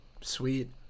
Sweet